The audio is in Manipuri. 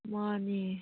ꯃꯥꯅꯤ